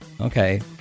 okay